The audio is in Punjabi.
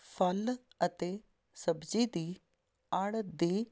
ਫਲ ਅਤੇ ਸਬਜ਼ੀ ਦੀ ਆੜ੍ਹਤ ਦੀ